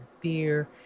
beer